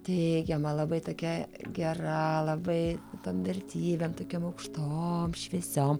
teigiama labai tokia gera labai tom vertybėm tokiom aukštoom šviesiom